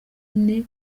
ine